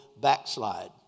backslide